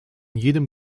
jedem